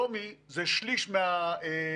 שלומי לוקח שליש מהתקציב.